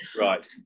right